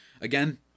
Again